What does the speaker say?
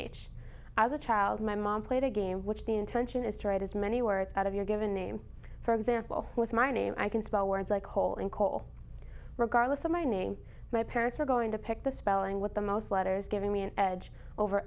h as a child my mom played a game which the intention is to write as many words out of your given name for example with my name i can spell words like hold and call regardless of my name my parents are going to pick the spelling with the most letters giving me an edge over